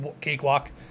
cakewalk